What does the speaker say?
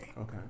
Okay